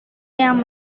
yang